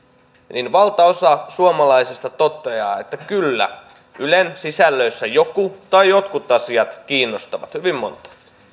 niin valtaosa suomalaisista toteaa että kyllä ylen sisällöissä joku tai jotkut asiat kiinnostavat hyvin montaa